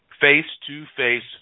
face-to-face